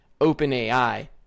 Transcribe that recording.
OpenAI